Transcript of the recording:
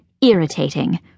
irritating